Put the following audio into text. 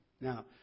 Now